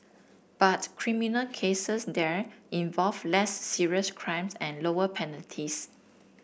but criminal cases there involve less serious crimes and lower penalties